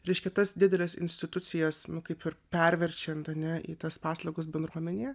reiškia tas dideles institucijas kaip ir perverčiant ane į tas paslaugas bendruomenėje